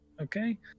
Okay